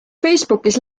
facebookis